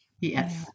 Yes